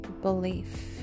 belief